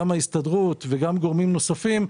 גם ההסתדרות וגם גורמים נוספים,